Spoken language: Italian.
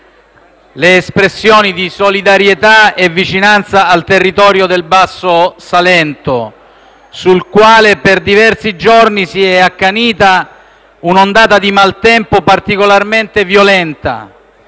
le espressioni di solidarietà e vicinanza al territorio del Basso Salento sul quale, per diversi giorni, si è accanita un'ondata di maltempo particolarmente violenta,